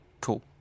Cool